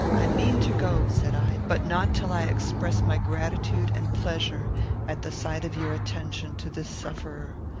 i mean to go, said i, but not till i express my gratitude and pleasure at the sight of your attention to this sufferer.